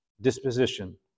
disposition